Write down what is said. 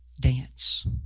dance